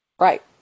Right